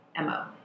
MO